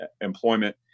employment